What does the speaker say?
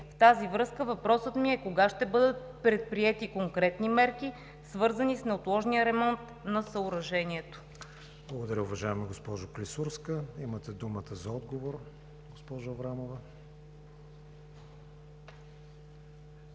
В тази връзка въпросът ми е: кога ще бъдат предприети конкретни мерки, свързани с неотложния ремонт на съоръжението? ПРЕДСЕДАТЕЛ КРИСТИАН ВИГЕНИН: Благодаря, уважаема госпожо Клисурска. Имате думата за отговор, госпожо Аврамова.